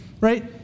right